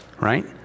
Right